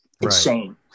insane